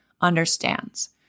understands